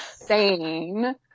insane